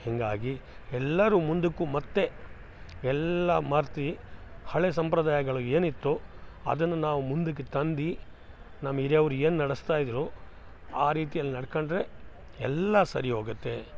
ಹೀಗಾಗಿ ಎಲ್ಲಾರು ಮುಂದಕ್ಕು ಮತ್ತು ಎಲ್ಲಾ ಮರ್ತಿ ಹಳೆ ಸಂಪ್ರದಾಯಗಳು ಏನಿತ್ತೋ ಅದನ್ನ ನಾವು ಮುಂದಕ್ಕೆ ತಂದು ನಮ್ಮ ಹಿರಿಯವ್ರ ಏನು ನಡೆಸ್ತಾ ಇದ್ದರೋ ಆ ರೀತಿಯಲ್ಲಿ ನಡ್ಕಂಡರೆ ಎಲ್ಲಾ ಸರಿ ಹೋಗತ್ತೆ